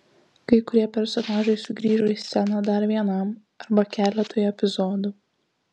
kai kurie personažai sugrįžo į sceną dar vienam arba keletui epizodų